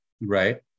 Right